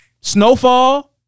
Snowfall